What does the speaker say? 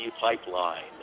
pipeline